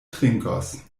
trinkos